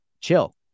chill